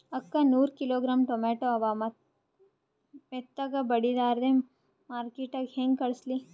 ಅಕ್ಕಾ ನೂರ kilogram tomato ಅವ, ಮೆತ್ತಗಬಡಿಲಾರ್ದೆ ಮಾರ್ಕಿಟಗೆ ಹೆಂಗ ಕಳಸಲಿ?